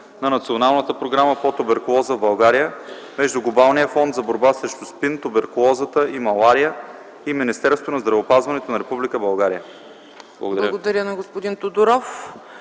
на Националната програма по туберкулоза в България” между Глобалния фонд за борба срещу СПИН, туберкулоза и малария и Министерството на здравеопазването на Република България.” Благодаря